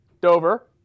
Dover